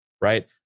right